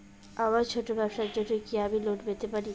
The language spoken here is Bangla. আমার ছোট্ট ব্যাবসার জন্য কি আমি লোন পেতে পারি?